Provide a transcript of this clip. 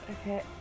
Okay